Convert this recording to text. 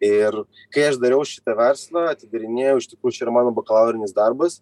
ir kai aš dariau šitą verslą atidarinėjau iš tikrų čia yra mano bakalaurinis darbas